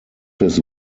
his